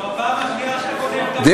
זו הפעם השנייה שאתה גונב את המחאה.